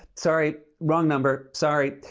sorry, wrong number. sorry.